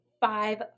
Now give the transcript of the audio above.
Five